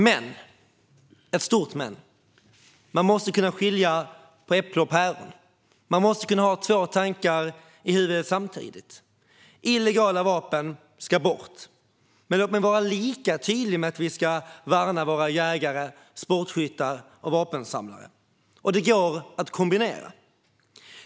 Men - ett stort men - man måste kunna skilja på äpplen och päron. Man måste kunna ha två tankar i huvudet samtidigt. Illegala vapen ska bort. Men låt mig vara lika tydlig med att vi ska värna våra jägare, sportskyttar och vapensamlare. Det går att kombinera.